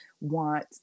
want